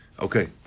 Okay